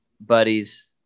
buddies